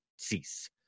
cease